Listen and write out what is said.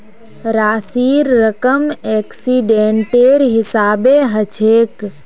राशिर रकम एक्सीडेंटेर हिसाबे हछेक